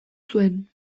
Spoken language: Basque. zuen